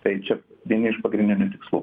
tai čia vieni iš pagrindinių tikslų